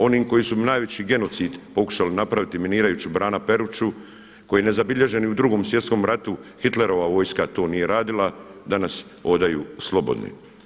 Oni koji su najveći genocid pokušali napraviti minirajući brana Peruču koji je nezabilježen i u Drugom svjetskom ratu Hitlerova vojska to nije radila, danas hodaju slobodni.